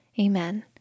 Amen